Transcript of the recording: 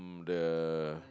the